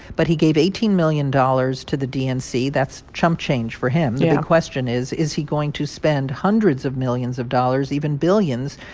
but he gave eighteen million dollars to the dnc. that's chump change for him yeah the question is, is he going to spend hundreds of millions of dollars, even billions,